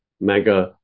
mega